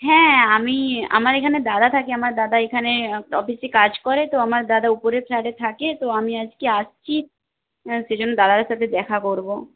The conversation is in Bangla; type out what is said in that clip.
হ্যাঁ আমি আমার এখানে দাদা থাকে আমার দাদা এখানে একটা অফিসে কাজ করে তো আমার দাদা উপরের ফ্ল্যাটে থাকে তো আমি আজকে আসছি সেই জন্য দাদার সাথে দেখা করবো